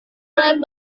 berat